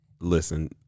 Listen